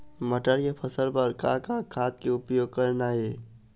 मटर के फसल बर का का खाद के उपयोग करना ये?